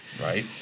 Right